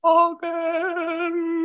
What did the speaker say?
again